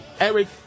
Eric